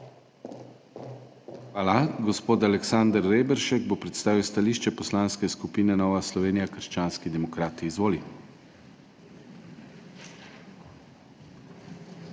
Hvala. Gospod Jožef Horvat bo predstavil stališče Poslanske skupine Nova Slovenija – krščanski demokrati. Izvoli.